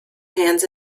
hands